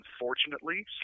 unfortunately